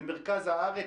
למרכז הארץ.